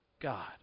God